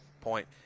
point